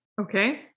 Okay